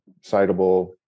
citable